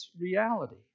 reality